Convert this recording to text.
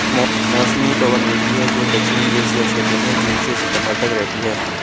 मौसमी पवन होती हैं, जो दक्षिणी एशिया क्षेत्र में जून से सितंबर तक रहती है